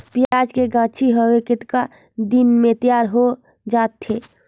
पियाज के गाछी हवे कतना दिन म तैयार हों जा थे?